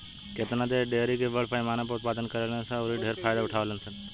केतना देश डेयरी के बड़ पैमाना पर उत्पादन करेलन सन औरि ढेरे फायदा उठावेलन सन